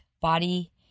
body